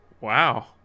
wow